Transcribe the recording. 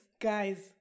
guys